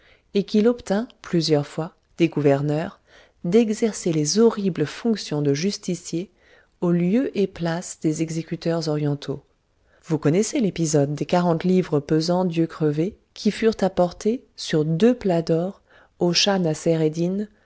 et qu'il obtint plusieurs fois des gouverneurs d'exercer les horribles fonctions de justicier aux lieu et place des exécuteurs orientaux vous connaissez l'épisode des quarante livres pesant d'yeux crevés qui furent apportés sur deux plats d'or au shah